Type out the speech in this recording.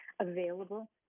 available